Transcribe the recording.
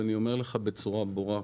ואני אומר לך בצורה ברורה: